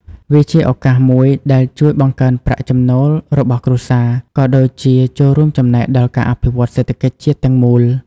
វាជាឱកាសមួយដែលជួយបង្កើនប្រាក់ចំណូលរបស់គ្រួសារ ក៏ដូចជាចូលរួមចំណែកដល់ការអភិវឌ្ឍសេដ្ឋកិច្ចជាតិទាំងមូល។